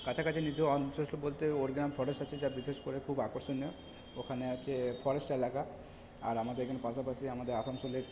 কাছাকাছি বলতে ফরেস্ট আছে যা বিশেষ করে খুব আকর্ষণীয় ওখানে আছে ফরেস্ট এলাকা আর আমাদের এখানে পাশাপাশি আমাদের আসানসোলের